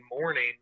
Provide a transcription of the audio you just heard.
morning